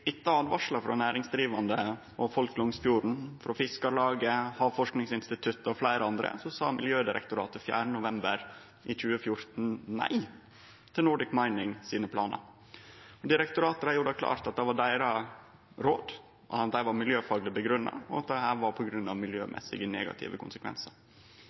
frå næringsdrivande og folk langs fjorden, frå Fiskarlaget, frå Havforskingsinstituttet og fleire andre, sa Miljødirektoratet 4. november i 2014 nei til Nordic Mining sine planar. Direktoratet gjorde det klart at dette var deira råd, og at det var miljøfagleg grunngjeve: at det var